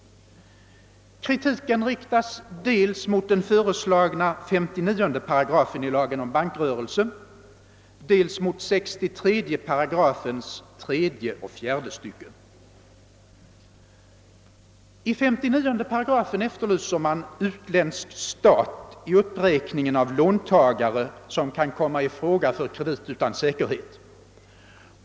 Kritiken riktas dels mot den föreslagna 59 § i lagen om bankrörelse, dels mot 63 § tredje och fjärde styckena. I 39 § efterlyser man utländsk stat i uppräkningen av låntagare som kan komma i fråga för kredit utan säkerhet.